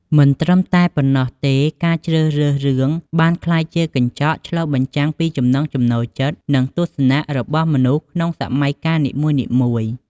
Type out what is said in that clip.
មិនត្រឹមតែប៉ុណ្ណោះទេ ការជ្រើសរើសរឿងបានក្លាយជាកញ្ចក់ឆ្លុះបញ្ចាំងពីចំណង់ចំណូលចិត្ត និងទស្សនៈរបស់មនុស្សក្នុងសម័យកាលនីមួយៗ ។